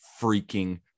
freaking